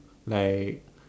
like